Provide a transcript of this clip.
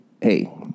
hey